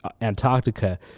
Antarctica